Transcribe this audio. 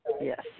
Yes